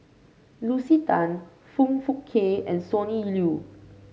Lucy Tan Foong Fook Kay and Sonny Liew